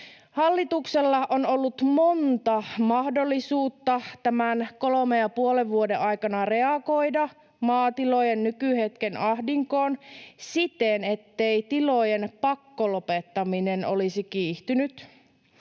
Hallituksella on ollut monta mahdollisuutta tämän kolmen ja puolen vuoden aikana reagoida maatilojen nykyhetken ahdinkoon siten, ettei tilojen pakkolopettaminen olisi kiihtynyt.